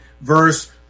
verse